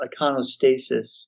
Iconostasis